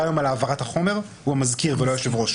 שאמר שמי שאחראי היום על העברת החומר הוא המזכיר ולא היושב-ראש.